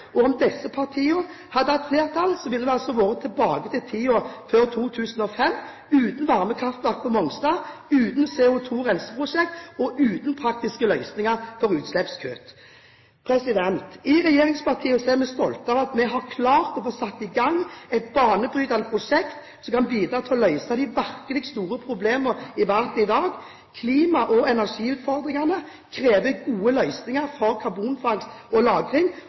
Om disse partiene hadde hatt flertall, ville vi vært tilbake til tiden før 2005 uten varmekraftverk på Mongstad, uten CO2-renseprosjekt og uten praktiske løsninger for utslippskutt. I regjeringspartiene er vi stolte av at vi har klart å få satt i gang et banebrytende prosjekt som kan bidra til å løse de virkelig store problemene i verden i dag. Klima- og energiutfordringene krever gode løsninger for karbonfangst og